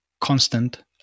constant